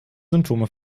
symptome